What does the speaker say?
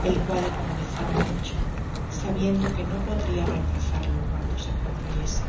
el cual economizaba mucho sabiendo que no podria reemplazarlo cuando se concluyese